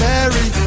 Mary